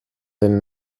den